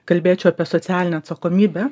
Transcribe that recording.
kalbėčiau apie socialinę atsakomybę